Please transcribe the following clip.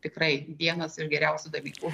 tikrai vienas iš geriausių dalykų